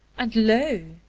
and lo!